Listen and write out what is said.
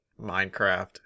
Minecraft